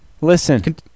listen